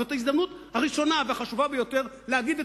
זאת ההזדמנות הראשונה והחשובה ביותר להגיד את